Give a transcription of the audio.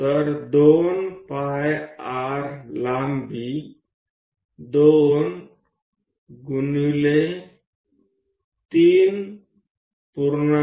तर 2 pi r लांबी 2 3